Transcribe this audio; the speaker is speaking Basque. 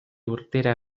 urtera